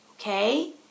okay